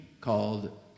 called